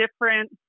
different